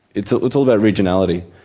it's it's all about regionality.